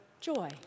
joy